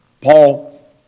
Paul